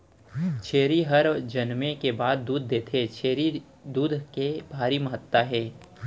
छेरी हर जनमे के बाद दूद देथे, छेरी दूद के भारी महत्ता हे